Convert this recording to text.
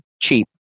cheap